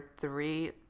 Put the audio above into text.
three